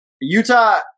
Utah